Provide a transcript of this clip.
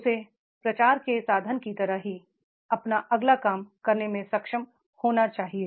उसे प्रचार के साधन की तरह ही अपना अगला काम करने में सक्षम होना चाहिए